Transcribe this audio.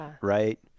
right